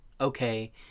okay